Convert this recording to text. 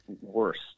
worst